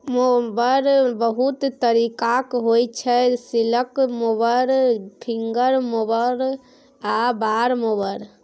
mower बहुत तरीकाक होइ छै सिकल मोबर, फिंगर मोबर आ बार मोबर